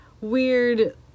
weird